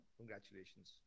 Congratulations